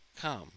Come